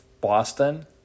Boston